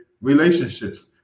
relationships